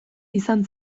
izan